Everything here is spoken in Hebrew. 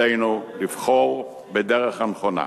עלינו לבחור בדרך הנכונה.